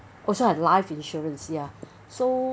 also have life insurance ya so